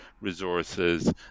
resources